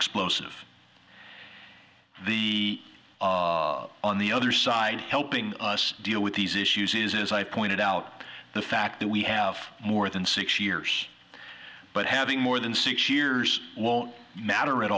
explosive the on the other side helping us deal with these issues is as i pointed out the fact that we have more than six years but having more than six years won't matter at